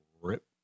rip